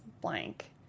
blank